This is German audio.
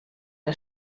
der